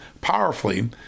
powerfully